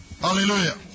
Hallelujah